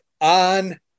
on